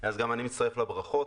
גם אני מצטרף לברכות.